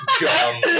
Gum